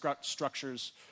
structures